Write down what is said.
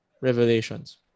Revelations